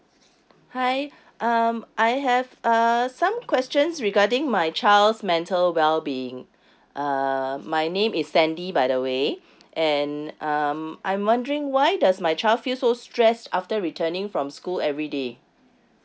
hi um I have uh some questions regarding my child's mental well being uh my name is sandy by the way and um I'm wondering why does my child feel so stressed after returning from school everyday